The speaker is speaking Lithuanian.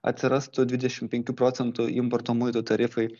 atsirastų dvidešim penkių procentų importo muitų tarifai